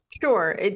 Sure